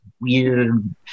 weird